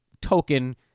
token